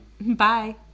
Bye